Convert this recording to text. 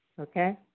Okay